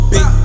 Big